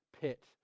pit